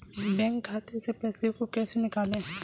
Bank खाते से पैसे को कैसे निकालें?